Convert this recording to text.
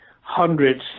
hundreds